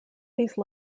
these